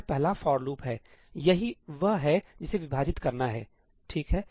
यह पहला for loop है यही वह है जिसे विभाजित करना है ठीक है